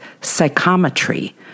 psychometry